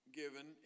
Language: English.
given